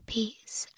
Peace